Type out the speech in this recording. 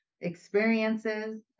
experiences